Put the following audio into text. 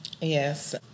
Yes